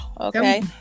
Okay